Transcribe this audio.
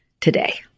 today